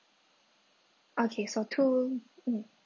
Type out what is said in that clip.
okay so two mm